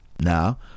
Now